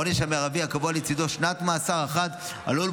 העונש המרבי הקבוע לצידה (שנת מאסר אחת) עלול,